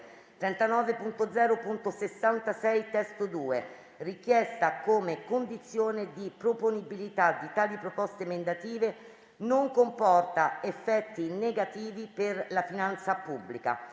39.0.66 (testo 2), richiesta come condizione di proponibilità di tali proposte emendative, non comporta effetti negativi per la finanza pubblica;